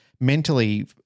mentally